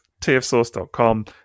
tfsource.com